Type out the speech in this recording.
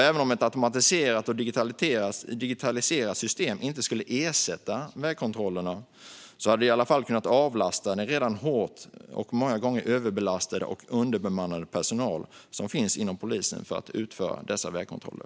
Även om ett automatiserat och digitaliserat system inte skulle ersätta vägkontrollerna, skulle det i alla fall avlasta den redan hårt arbetande och många gånger överbelastade och underbemannade personal som finns inom polisen för att utföra dessa vägkontroller.